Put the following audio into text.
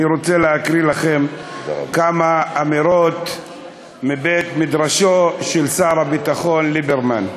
אני רוצה להקריא לכם כמה אמירות מבית-מדרשו של שר הביטחון ליברמן.